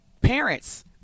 parents